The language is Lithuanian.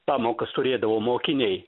pamokas turėdavo mokiniai